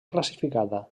classificada